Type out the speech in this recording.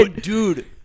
Dude